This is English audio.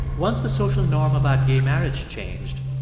once the social norm about gay marriage changed,